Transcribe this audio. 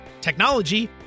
technology